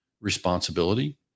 responsibility